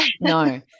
no